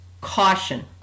Caution